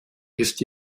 ist